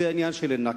וזה העניין של ה"נכבה".